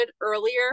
earlier